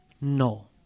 No